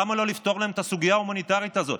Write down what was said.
למה לא לפתור להם את הסוגיה ההומניטרית הזאת?